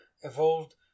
evolved